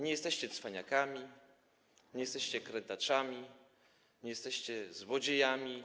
Nie jesteście cwaniakami, nie jesteście krętaczami, nie jesteście złodziejami.